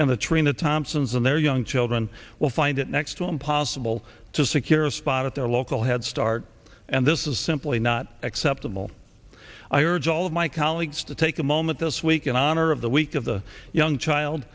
thompsons and their young children will find it next to impossible to secure a spot at their local headstart and this is simply not acceptable i urge all of my colleagues to take a moment this week in honor of the week of the young child